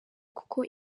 kuko